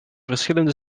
verschillende